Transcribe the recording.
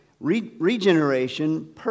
regeneration